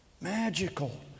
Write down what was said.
Magical